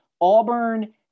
auburn